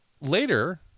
Later